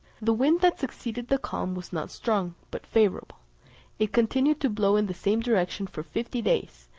the wind that succeeded the calm was not strong, but favourable it continued to blow in the same direction for fifty days,